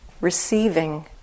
receiving